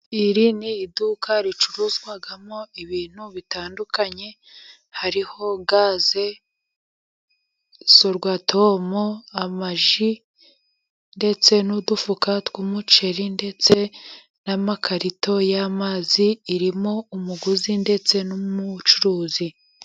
Iri ni iduka ricuruzwamo ibintu bitandukanye, hariho gaze, sorwatomu, amaji, ndetse n'udufuka tw'umuceri, ndetse n'amakarito y'amazi, irimo umuguzi ndetse n'umucuruzi.